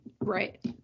Right